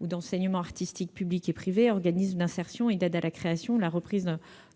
ou d'enseignement artistique, publics et privés, des organismes d'insertion et d'aide à la création ou à la reprise